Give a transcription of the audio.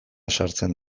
sartzen